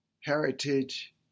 heritage